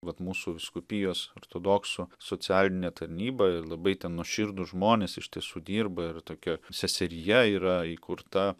vat mūsų vyskupijos ortodoksų socialinė tarnyba ir labai nuoširdūs žmonės iš tiesų dirba ir tokia seserija yra įkurta